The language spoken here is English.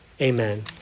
Amen